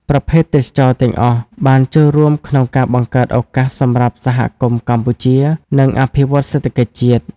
ប្រភេទទេសចរណ៍ទាំងអស់ បានចូលរួមក្នុងការបង្កើតឱកាសសម្រាប់សហគមន៍កម្ពុជា និងអភិវឌ្ឍសេដ្ឋកិច្ចជាតិ។